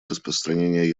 распространения